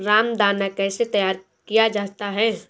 रामदाना कैसे तैयार किया जाता है?